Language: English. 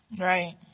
Right